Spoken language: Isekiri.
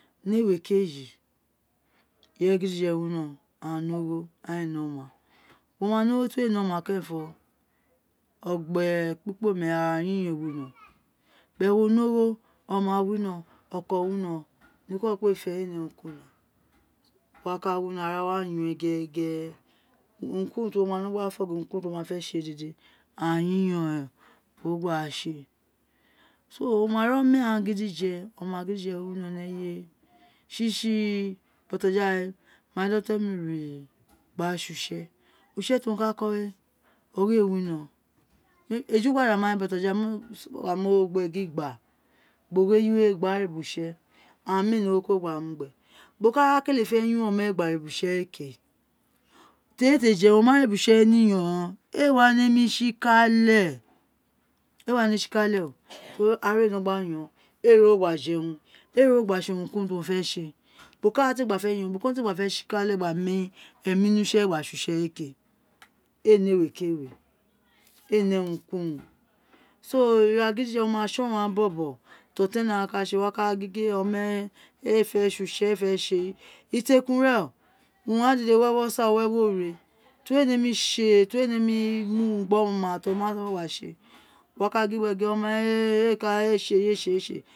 Ní ewe okeji ireye gidije wino a ní ogho agháàn éè ní ogho ọma we ma né ogho ira tí we ní ọma kérènfo ogbe e kpikpome ara yiyon a winóròn wo ni ogho oma wino ọkọ o winọ niko wo kpe fé éè né urun ku urun wo wa ka wino ara ka ka yọn uwo we gérégeré urun ku urun tí wo ma nó fé urun ku urun tí wo ma nó fé dédé ara yiyon rén oẁùn wo gba tsi éè wo ma rí ọmẹran gidije o ma gidije winó ní eye we tsi tsi botoja we ma dí ọtọn mí re gba tse utse utse tí o ka kọ we ogho ée winó eju gbada ma we mo mí ogho gbe gba gin gba gbi ogho eyiwe gba re ubo utse mi éè ní o gho ko ogho gbe mu gbe ubo koko owun ara te fé yiyon oma we gba re ubo utse we ke fere éè ti éè je urun o ma re ubo utse we ní yon ee. wa ne mí tsi katé a wa nem tsi kale to ri ara a no gba yọn éè rí ogho gba tsi uurunku urum tí o fé tsi ee bokọ oẁún ara gba fé tsikale gba nemi emí ní utse we gba tsi ee ke éè ní ewe ki ewe éè ni urun ku urun ira gi dije wo ma tson urum ghaan bobo tí oton énè ka tsi éè o wa ka gin gin ome we éè fé tsí utse we éè fé tsi eyiwe te kun ren, urun ghan dede wi ewo osa bí ore to rí we ne mí tse we nemí mí urun gbí oma tí o ma gba gba tsi éè wo wa ka gin gbe gin oma we a ka tsi éè éè ka tsi eyi